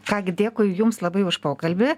ką gi dėkui jums labai už pokalbį